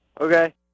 Okay